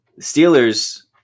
Steelers